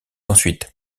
ensuite